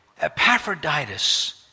Epaphroditus